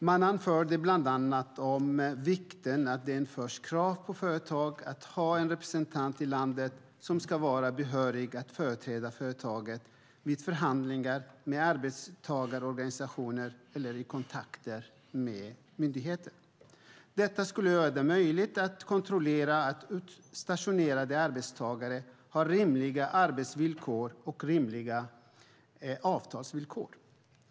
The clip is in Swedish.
Man anförde bland annat vikten av att det införs krav på företag att ha en representant i landet som ska vara behörig att företräda företaget vid förhandlingar med arbetstagarorganisationer eller i kontakter med myndigheter. Detta skulle göra det möjligt att kontrollera att utstationerade arbetstagare har rimliga arbetsvillkor och rimliga avtalsvillkor.